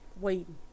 waiting